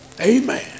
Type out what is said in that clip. Amen